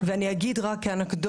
עקרונות אסטרטגיים.) אגיד רק כאנקדוטה